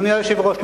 אדוני היושב-ראש,